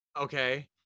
okay